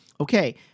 Okay